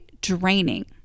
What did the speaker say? draining